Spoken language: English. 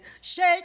Shake